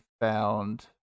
found